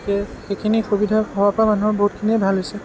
সেইখিনি সুবিধা হোৱাৰ পৰা মানুহৰ বহুতখিনিয়ে ভাল হৈছে